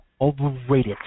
overrated